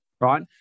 right